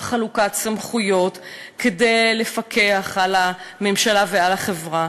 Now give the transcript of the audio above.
חלוקת סמכויות כדי לפקח על הממשלה ועל החברה.